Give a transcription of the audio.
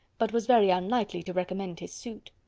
but was very unlikely to recommend his suit.